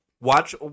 Watch